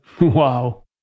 Wow